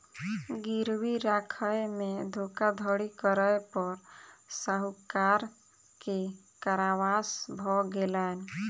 गिरवी राखय में धोखाधड़ी करै पर साहूकार के कारावास भ गेलैन